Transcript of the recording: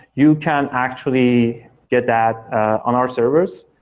you can actually get that on our servers,